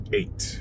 eight